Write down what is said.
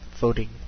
voting